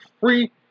free